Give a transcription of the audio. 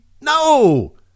No